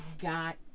got